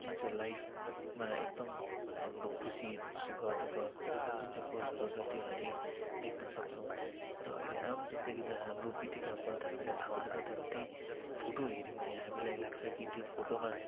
जुन चाहिँ लाइफमा एकदम हाम्रो खुसी सुख दुखः जुन चाहिँ पलहरू छ त्यो हामी देख्न सक्छौँ र अहिले आम जिन्दगीमा हाम्रो बितेका पल त हामीलाई थाहा हुँदैन तर त्यही फोटो हेऱ्यौँ भने हामीलाई लाग्छ कि त्यो फोटोमा